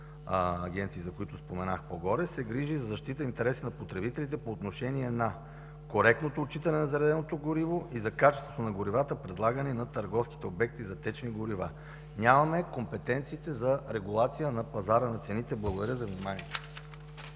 агенции, за които споменах по-горе, се грижи за защита на интересите на потребителите по отношение на коректното отчитане на зареденото гориво и за качеството на горивата, предлагани на търговските обекти за течни горива. Нямаме компетенциите за регулация на пазара на цените. Благодаря за вниманието.